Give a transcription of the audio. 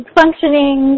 functioning